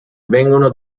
vengono